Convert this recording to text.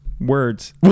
words